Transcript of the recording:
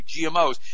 GMOs